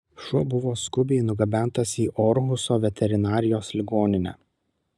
šuo buvo skubiai nugabentas į orhuso veterinarijos ligoninę